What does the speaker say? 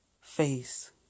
face